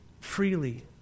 freely